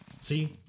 See